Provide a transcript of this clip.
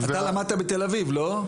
אתה למדת בתל אביב לא?